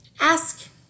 ask